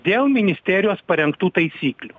dėl ministerijos parengtų taisyklių